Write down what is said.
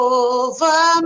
over